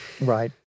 Right